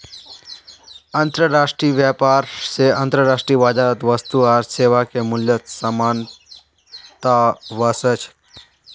अंतर्राष्ट्रीय व्यापार स अंतर्राष्ट्रीय बाजारत वस्तु आर सेवाके मूल्यत समानता व स छेक